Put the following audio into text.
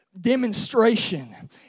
demonstration